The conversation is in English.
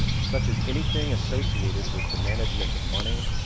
such as anything assosiated with the management of money,